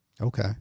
okay